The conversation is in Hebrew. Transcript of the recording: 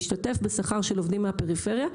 להשתתף בשכר של עובדים מהפריפריה,